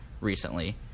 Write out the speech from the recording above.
recently